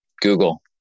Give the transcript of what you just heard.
google